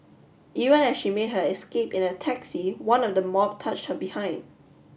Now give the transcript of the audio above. even as she made her escape in a taxi one of the mob touched her behind